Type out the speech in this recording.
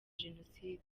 genocide